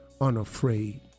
unafraid